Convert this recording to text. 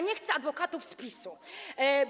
Nie chcę adwokatów z PiS-u.